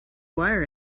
wire